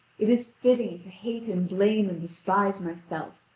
it is fitting to hate and blame and despise myself,